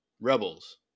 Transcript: Rebels